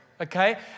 Okay